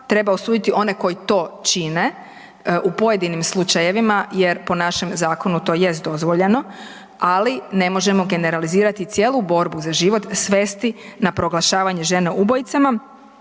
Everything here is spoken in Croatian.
treba osuditi one koji to čine u pojedinim slučajevima jer po našem zakonu to jest dozvoljeno, ali ne možemo generalizirati cijelu borbu za život svesti na proglašavanje žena ubojicama